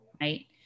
right